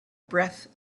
breath